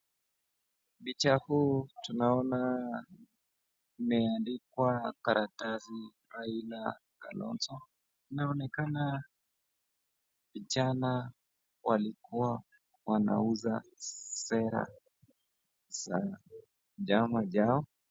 Picha huu tunaona imeandikwa karatasi Raila Kalonzo. Inaonekana vijana walikuwa wanauza sera za chama zao.